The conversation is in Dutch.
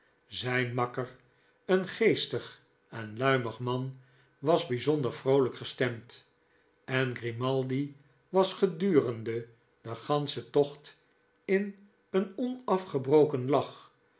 zijn makker een geestig en luimig man was bijzonder vroolijk gestemd en grimaldi was gedurende den ganschen tocht in een onafgebroken lach